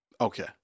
Okay